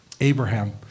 Abraham